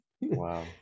Wow